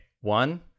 One